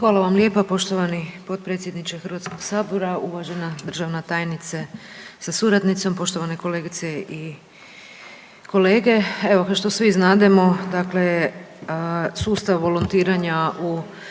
Hvala vam lijepa poštovani potpredsjedniče Hrvatskog sabora. Uvažena državna tajnice sa suradnicom, poštovane kolegice i kolege, evo kao što svi znademo dakle sustav volontiranja u RH definiran